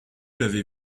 l’avez